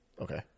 Okay